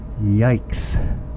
yikes